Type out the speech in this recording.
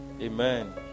Amen